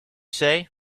say